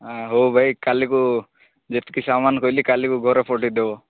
ଆଉ ଭାଇ କାଲିକୁ ଯେତିକି ସାମାନ୍ କହିଲି କାଲିକୁ ଘରେ ପଠେଇଦେବ